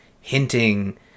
hinting